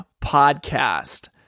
Podcast